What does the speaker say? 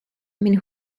mill